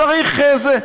לא צריך, זה.